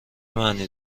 معنی